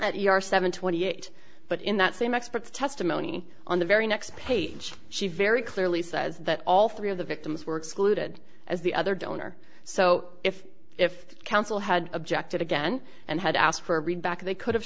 you are seven twenty eight but in that same expert's testimony on the very next page she very clearly says that all three of the victims were excluded as the other donor so if if counsel had objected again and had asked for a read back they could have